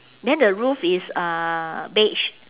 then the roof is uh beige